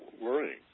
worrying